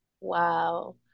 Wow